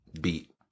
beat